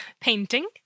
Painting